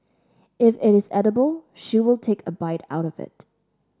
if it is edible she will take a bite out of it